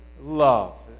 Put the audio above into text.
love